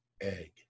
egg